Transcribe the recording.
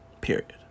Period